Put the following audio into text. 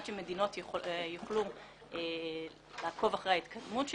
שמדינות יוכלו לעקוב אחר ההתקדמות שלהן,